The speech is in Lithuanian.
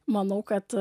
manau kad